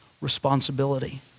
responsibility